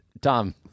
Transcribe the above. Tom